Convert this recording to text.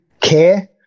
care